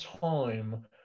time